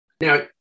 now